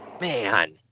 man